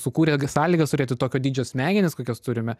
sukūrė g sąlygas turėti tokio dydžio smegenis kokias turime